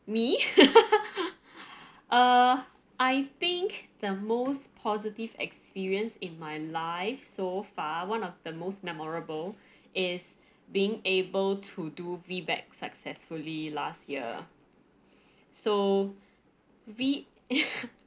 me err I think the most positive experience in my life so far one of the most memorable is being able to do VBAC successfully last year so v